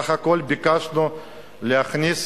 בסך הכול, ביקשנו להכניס